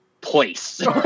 place